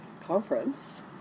conference